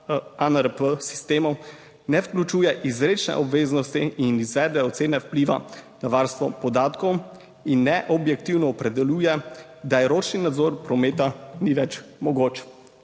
ANRP sistemov, ne vključuje izrecne obveznosti in izvede ocene vpliva na varstvo podatkov in ne objektivno opredeljuje, da ročni nadzor prometa ni več mogoč.